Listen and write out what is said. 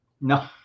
No